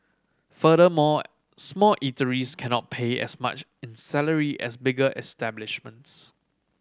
furthermore small eateries cannot pay as much in salary as bigger establishments